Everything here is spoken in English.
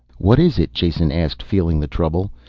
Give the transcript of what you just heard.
what is it? jason asked, feeling the trouble.